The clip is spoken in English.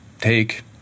take